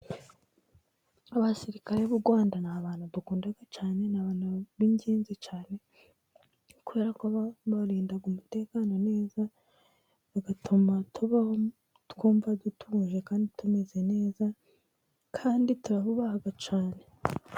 Abasirikare b'u Rwanda ni abantu dukunda cyane. Ni abantu b'ingenzi cyane kubera ko barinda umutekano neza, bagatuma tubaho twumva dutuje, kandi tumeze neza, kandi turabubaha cyane.